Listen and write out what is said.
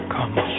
Come